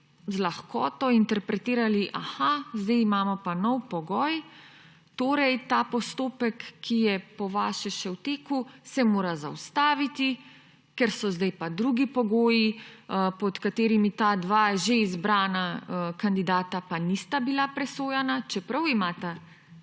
lahkoto interpretirali, aha, zdaj imamo pa nov pogoj, torej se mora ta postopek, ki je po vašem še v teku, zaustaviti, ker so zdaj pa drugi pogoji, pod katerimi ta dva že izbrana kandidata nista bila presojana. Čeprav imata izpolnjen